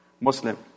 Muslim